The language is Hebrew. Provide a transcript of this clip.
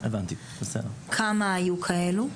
כמה היו כאלו,